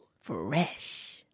Fresh